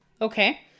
Okay